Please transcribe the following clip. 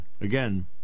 again